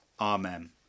Amen